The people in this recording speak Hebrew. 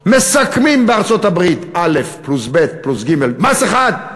מסכמים בארצות-הברית א' פלוס ב' פלוס ג' מס אחד.